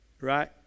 right